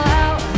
out